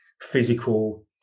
physical